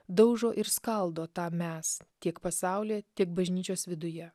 daužo ir skaldo tą mes tiek pasaulyje tiek bažnyčios viduje